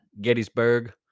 Gettysburg